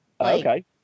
Okay